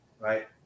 right